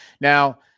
Now